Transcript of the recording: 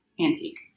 antique